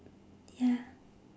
ya